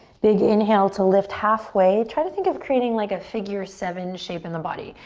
big inhale to lift halfway. try to think of creating like a figure seven shape in the body.